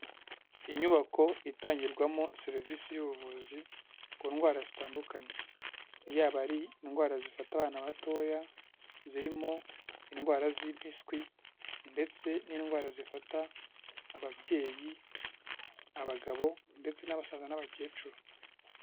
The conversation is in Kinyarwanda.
Inyubako itangirwamo serivisi y'ubuvuzi ku ndwara zitandukanye, yaba ari indwara zifata abana batoya, zirimo indwara z'impiswi ndetse n'indwara zifata ababyeyi, abagabo ndetse n'abasaza n'abakecuru.